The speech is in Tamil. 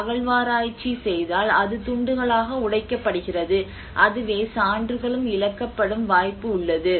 ஒரு அகழ்வாராய்ச்சி செய்தால் அது துண்டுகளாக உடைக்கப்படுகிறது அதுவே சான்றுகளும் இழக்கப்படும் வாய்ப்பு உள்ளது